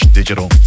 Digital